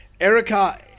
Erica